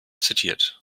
zitiert